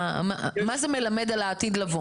מה זה מלמד על העתיד לבוא?